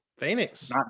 phoenix